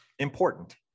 important